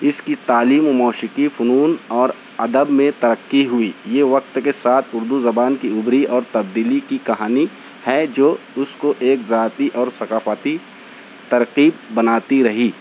اس کی تعلیم و موسیقی فنون اور ادب میں ترقی ہوئی یہ وقت کے ساتھ اردو زبان کی ابھری اور تبدیلی کی کہانی ہے جو اس کو ایک ذاتی اور ثقافاتی ترکیب بناتی رہی